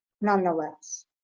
nonetheless